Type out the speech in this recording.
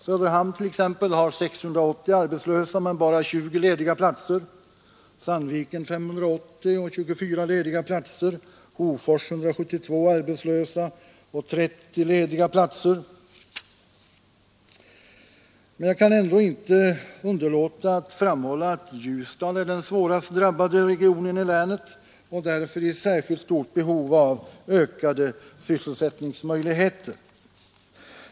Söderhamn t.ex. har 680 arbetslösa men bara 20 lediga platser, Sandviken har 580 arbetslösa och 24 lediga platser, Hofors har 172 arbetslösa och 30 lediga platser. Men jag kan ändå inte underlåta att framhålla att Ljusdal är den svårast drabbade regionen i länet och därför i särskilt stort behov av ökade sysselsättningsmöjligheter.